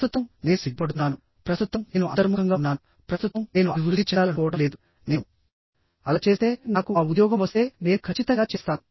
ప్రస్తుతం నేను సిగ్గుపడుతున్నాను ప్రస్తుతం నేను అంతర్ముఖంగా ఉన్నాను ప్రస్తుతం నేను అభివృద్ధి చెందాలనుకోవడం లేదు నేను అలా చేస్తే నాకు ఆ ఉద్యోగం వస్తే నేను ఖచ్చితంగా చేస్తాను